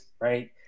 right